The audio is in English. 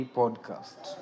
podcast